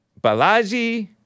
Balaji